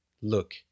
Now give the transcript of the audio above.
look